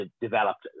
developed